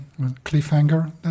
Cliffhanger